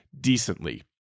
decently